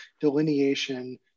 delineation